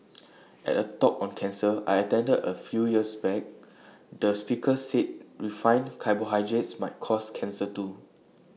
at A talk on cancer I attended A few years back the speaker said refined carbohydrates might cause cancer too